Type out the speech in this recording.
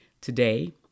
today